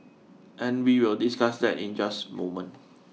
and we will discuss that in just moment